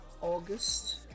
August